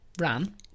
ran